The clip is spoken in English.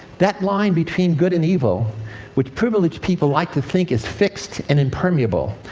that line between good and evil which privileged people like to think is fixed and impermeable,